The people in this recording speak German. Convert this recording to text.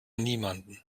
niemandem